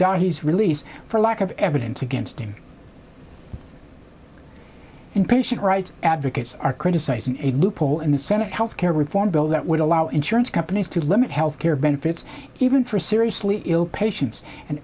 guy he's released for lack of evidence against him in patient rights advocates are criticizing a loophole in the senate health care reform bill that would allow insurance companies to limit health care benefits even for seriously ill patients an